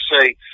say